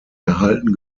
erhalten